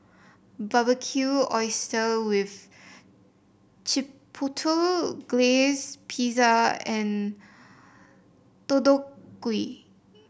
Barbecued Oysters with Chipotle Glaze Pizza and Deodeok Gui